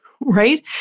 right